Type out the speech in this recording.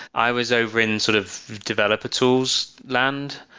i was over in sort of developer tools land,